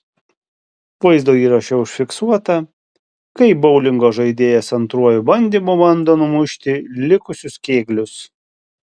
vaizdo įraše užfiksuota kaip boulingo žaidėjas antruoju bandymu bando numušti likusius kėglius